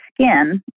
skin